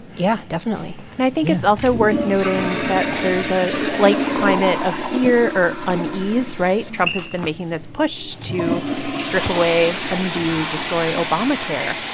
yeah, definitely and i think it's also worth noting that there's a slight climate of fear or unease, right? trump has been making this push to strip away, undo, destroy obamacare.